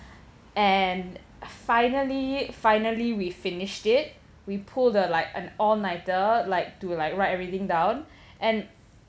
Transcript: and finally finally we finished it we pulled the like an all-nighter like to like write everything down and